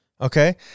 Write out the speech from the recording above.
Okay